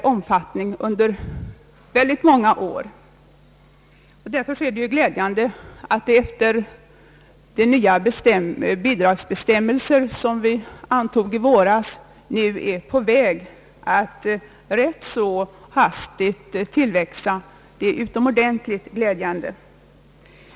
Därför är det utomordentligt glädjande att de förutses efter de nya bidragsbestämmelser, som vi antog i våras, komma att tillväxa i antal ganska hastigt.